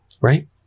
right